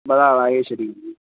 ਬਣਾ ਲਵਾਂਗੇ ਸਰੀਰ ਵੀ